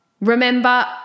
remember